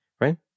right